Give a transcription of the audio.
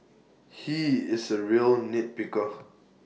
he is A real nitpicker